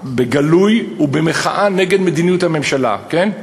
בגלוי ובמחאה נגד מדיניות הממשלה, כן,